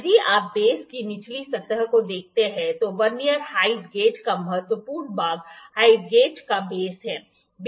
यदि आप बेस की निचली सतह को देखते हैं तो वर्नियर हाइट गेज का महत्वपूर्ण भाग हाइट गेज का बेस है